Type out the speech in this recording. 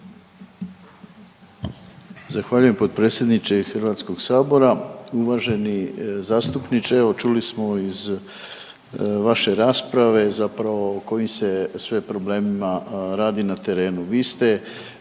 Zahvaljujem potpredsjedniče Hrvatskog sabora. Uvaženi zastupniče evo čuli smo iz vaše rasprave zapravo o kojim se sve problemima radi na terenu. Vi ste